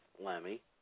Lemmy